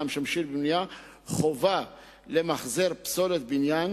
המשמשים לבנייה חובה למחזר פסולת בניין